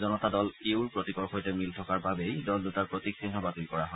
জনতা দল ইউৰ প্ৰতীকৰ সৈতে মিল থকাৰ বাবেই দল দুটাৰ প্ৰতীক চিহ্ন বাতিল কৰা হয়